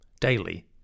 daily